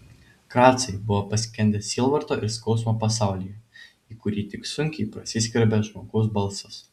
kracai buvo paskendę sielvarto ir skausmo pasaulyje į kurį tik sunkiai prasiskverbė žmogaus balsas